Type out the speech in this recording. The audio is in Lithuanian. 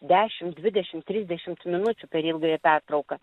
dešim dvidešim trisdešimt minučių per ilgąją pertrauką